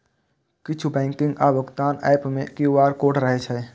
किछु बैंकिंग आ भुगतान एप मे क्यू.आर कोड रहै छै